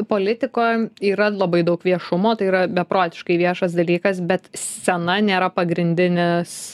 politikoj yra labai daug viešumo tai yra beprotiškai viešas dalykas bet scena nėra pagrindinis